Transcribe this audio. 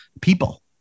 people